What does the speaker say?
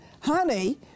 Honey